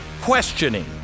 questioning